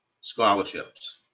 scholarships